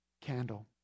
candle